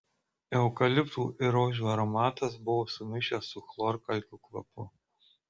eukaliptų ir rožių aromatas buvo sumišęs su chlorkalkių kvapu